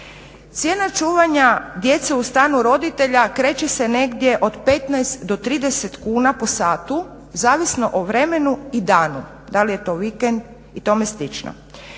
Cijena čuvanja djece u stanu roditelja kreće se negdje od 15 do 30 kuna po satu zavisno o vremenu i danu